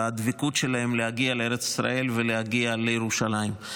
בדבקות שלהם להגיע לארץ ישראל ולהגיע לירושלים.